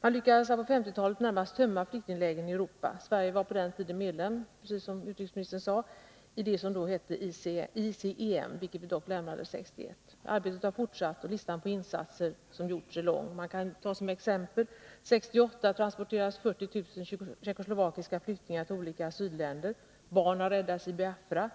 Man lyckades på 1950-talet närmast tömma flyktinglägren i Europa. Sverige var på den tiden medlem i organisationen, som då hette ICEM, vilken vi dock lämnade 1962. Arbetet har fortsatt, och listan på insatser som har gjorts är lång. Jag kan ge några exempel. 1968 transporterades 40 000 tjeckoslovakiska flyktingar till olika asylländer. Barn har räddats i Biafra.